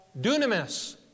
dunamis